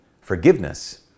forgiveness